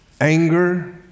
anger